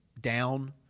down